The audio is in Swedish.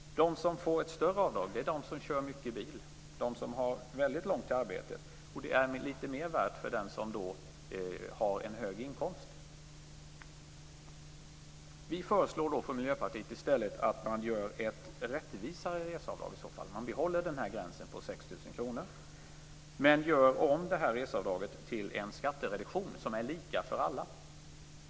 De som får ett större avdrag är de som kör mycket bil, de som har väldigt långt till arbetet. Och det är litet mer värt för den som har en hög inkomst. Vi från Miljöpartiet föreslår att man i stället i så fall gör ett rättvisare reseavdrag. Man behåller den här gränsen på 6 000 kr men gör om reseavdraget till en skattereduktion som är lika för alla.